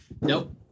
Nope